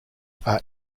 are